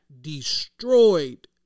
destroyed